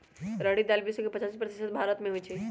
रहरी दाल विश्व के पचासी प्रतिशत भारतमें होइ छइ